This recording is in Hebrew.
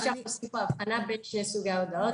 או שיש הבחנה בין שני סוגי ההודעות?